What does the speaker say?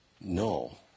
No